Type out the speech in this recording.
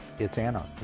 it's anarchy.